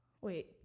wait